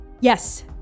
Yes